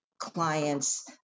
clients